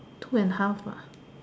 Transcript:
two and half ah